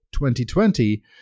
2020